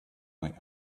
might